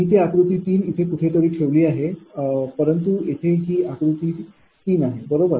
मी ती आकृती 3 इथे कुठेतरी ठेवली आहे परंतु येथे ही आकृती 3 आहे बरोबर